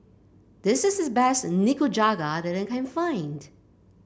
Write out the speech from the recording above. this is the best Nikujaga that I can find